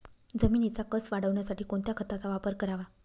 जमिनीचा कसं वाढवण्यासाठी कोणत्या खताचा वापर करावा?